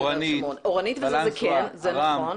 אורנית וזה זה כן, נכון.